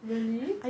really